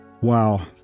wow